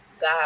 God